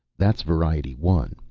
that's variety one.